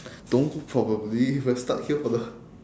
don't probably we're stuck here for the